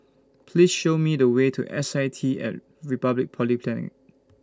Please Show Me The Way to S I T and Republic Polytechnic